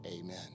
Amen